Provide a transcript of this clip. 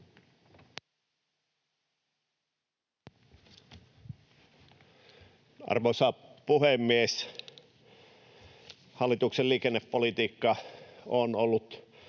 Arvoisa puhemies! Hallituksen liikennepolitiikka on ollut